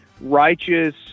righteous